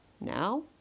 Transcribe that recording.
Now